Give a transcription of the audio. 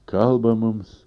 kalba mums